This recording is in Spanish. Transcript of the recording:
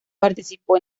participó